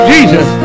Jesus